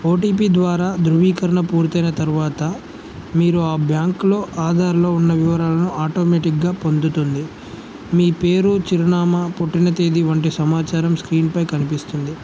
OTP ద్వారా ధృవీకరణ పూర్తయిన తర్వాత మీరు ఆ బ్యాంక్లో ఆధార్లో ఉన్న వివరాలను ఆటోమేటిక్గా పొందుతుంది మీ పేరు చిరునామా పుట్టిన తేదీ వంటి సమాచారం స్క్రీన్పై కనిపిస్తుంది